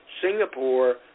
Singapore